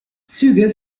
züge